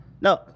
No